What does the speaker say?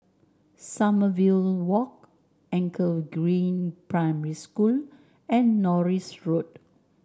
Sommerville Walk Anchor Green Primary School and Norris Road